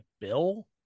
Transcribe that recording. bill